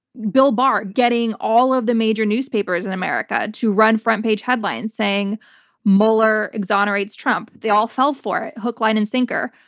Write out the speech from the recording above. bill barr getting all of the major newspapers in america to run front page headlines saying mueller exonerates trump. they all fell for it, hook, line, and sinker.